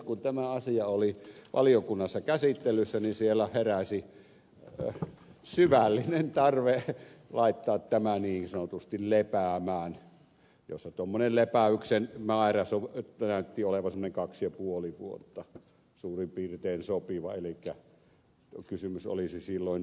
kun tämä asia oli valiokunnassa käsittelyssä niin siellä heräsi syvällinen tarve laittaa tämä niin sanotusti lepäämään ja tuommoinen sopiva lepäyksen määrä näytti olevan semmoinen kaksi ja puoli vuotta suurin piirtein elikkä kysymys olisi silloin raukeamisesta